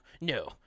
no